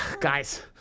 guys